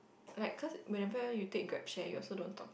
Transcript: like cause whenever you take Grab-Share you also don't talk